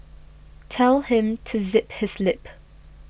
tell him to zip his lip